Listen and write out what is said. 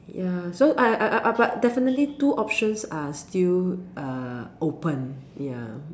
ya so I I I I but definitely two options are still uh open ya mm